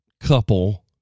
couple